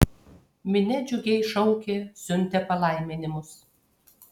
minia džiugiai šaukė siuntė palaiminimus